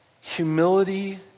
humility